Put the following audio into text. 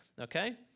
Okay